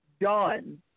Done